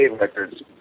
records